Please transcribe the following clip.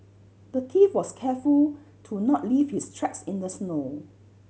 the thief was careful to not leave his tracks in the snow